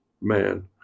man